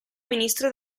ministro